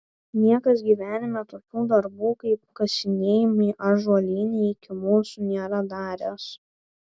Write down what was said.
niekas gyvenime tokių darbų kaip kasinėjimai ąžuolyne iki mūsų nėra daręs